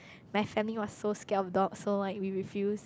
my family was so scared of dogs so like we refused